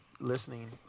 listening